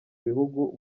bihugu